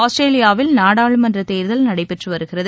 ஆஸ்திரேலியாவில் நாடாளுமன்ற தேர்தல் நடைபெற்று வருகிறது